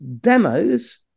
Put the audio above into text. demos